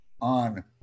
on